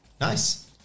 Nice